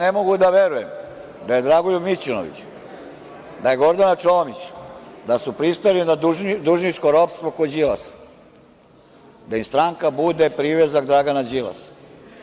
Ja ne mogu da verujem da je Dragoljub Mićunović, da je Gordana Čomić, da su pristali na dužničko ropstvo kod Đilasa, da im stranka bude privezak Dragana Đilasa.